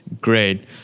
Great